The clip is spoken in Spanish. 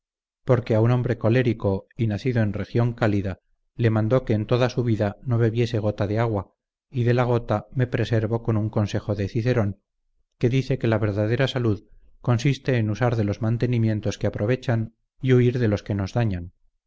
porque a un hombre colérico y nacido en región cálida le mandó que en toda su vida no bebiese gota de agua y de la gota me preservo con un consejo de cicerón que dice que la verdadera salud consiste en usar de los mantenimientos que aprovechan y huir de los que nos dañan